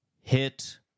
Hit